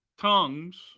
tongues